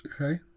Okay